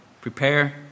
prepare